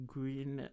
Green